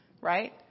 right